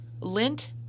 Lint